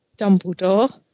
Dumbledore